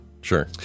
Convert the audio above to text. sure